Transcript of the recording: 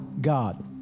God